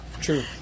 True